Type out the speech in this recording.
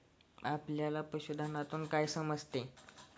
आपल्याला पशुधनातून काय समजते?